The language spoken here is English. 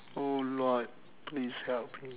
oh lord please help me